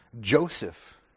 Joseph